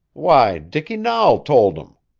why, dicky nahl told em,